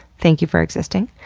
thank you for existing.